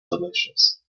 delicious